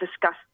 discuss